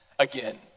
again